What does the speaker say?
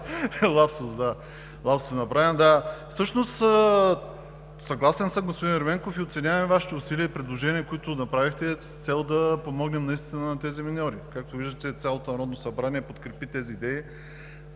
Лапсус. Лапсус е направен, да. Всъщност, съгласен съм, господин Ерменков, и оценяваме Вашите усилия и предложения, които направихте с цел да помогнем наистина на тези миньори. Както виждате, цялото Народното събрание подкрепи тези идеи.